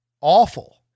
Awful